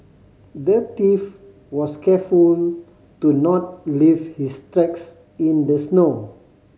the thief was careful to not leave his tracks in the snow